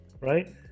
Right